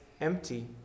empty